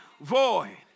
void